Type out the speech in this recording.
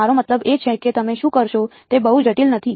મારો મતલબ એ છે કે તમે શું કરશો તે બહુ જટિલ નથી